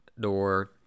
door